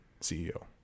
CEO